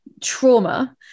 trauma